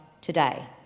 today